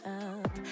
up